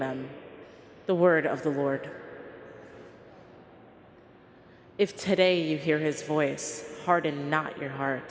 men the word of the lord if today you hear his voice harden not your heart